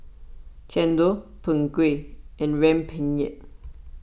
Chendol Png Kueh and Rempeyek